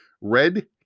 red